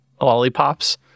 lollipops